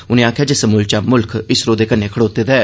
उनें आखेआ जे समूलचा मुल्ख इसरो दे कन्नै खड़ोते दा ऐ